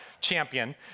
champion